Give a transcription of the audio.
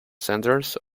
centres